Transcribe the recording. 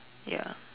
ya